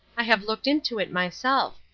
i have looked into it myself.